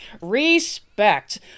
Respect